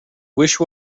wish